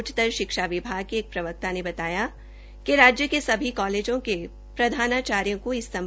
उच्चतर शिक्षा विभाग के एक प्रवक्ता ने बताया कि राज्य के सभी कॉलेजों के प्रधानाचार्यों को निर्देश दिए गए हैं